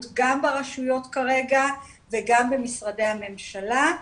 גם ברשויות כרגע וגם במשרדי הממשלה,